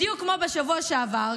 בדיוק כמו בשבוע שעבר,